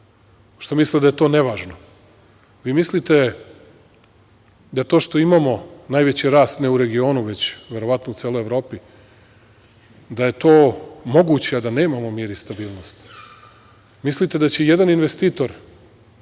pošto misle da je to nevažno, vi mislite da to što imamo najveći rast ne u regionu, već verovatno u celoj Evropi, da je to moguće a da nemamo mir i stabilnost? Mislite da će i jedan investitor